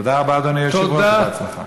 תודה רבה, אדוני היושב-ראש, ובהצלחה.